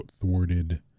thwarted